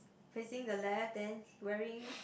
facing the left then wearing